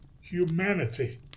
humanity